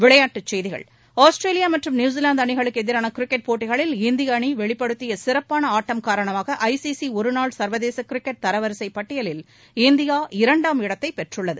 விளையாட்டுச் செய்திகள் ஆஸ்திரேலியா மற்றும் நியூஸிலாந்து அணிகளுக்கு எதிரான கிரிக்கெட் போட்டிகளில் இந்திய அணி வெளிப்படுத்திய சிறப்பான ஆட்டம் காரணமாக ஐசிசி ஒருநாள் சர்வதேச கிரிக்கெட் தரவரிசைப் பட்டியலில் இந்தியா இரண்டாம் இடத்தைப் பெற்றுள்ளது